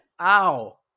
Ow